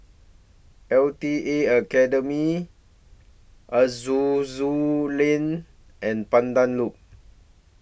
L T A Academy Aroozoo Lane and Pandan Loop